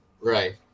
Right